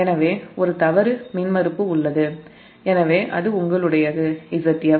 எனவே ஒரு fault impedance உள்ளது எனவே அது உங்களுடையது Zf